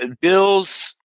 Bill's